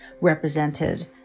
represented